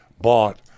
bought